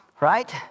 right